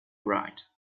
right